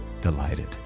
delighted